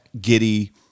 Giddy